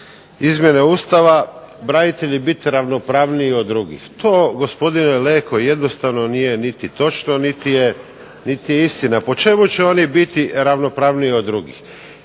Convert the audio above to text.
izmjene Ustava branitelji biti ravnopravniji od drugih. To gospodine Leko jednostavno nije niti točno, niti je istina. Po čemu će oni biti ravnopravniji od drugih?